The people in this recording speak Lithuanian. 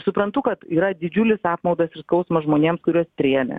suprantu kad yra didžiulis apmaudas ir skausmas žmonėms kuriuos trėmė